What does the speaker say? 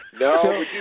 No